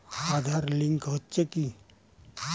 Aadhaar link হচ্ছে কি?